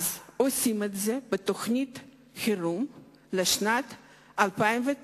עושים את זה בתוכנית חירום לשנת 2009,